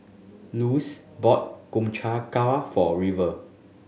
Lossie bought Gobchang ga for River